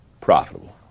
profitable